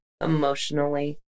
emotionally